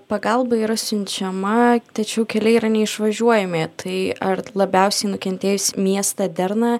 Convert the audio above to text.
pagalba yra siunčiama tačiau keliai yra neišvažiuojami tai ar labiausiai nukentėjusį miestą derną